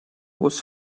was